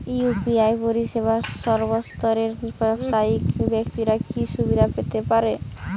UPI পরিসেবা সর্বস্তরের ব্যাবসায়িক ব্যাক্তিরা কি সুবিধা পেতে পারে?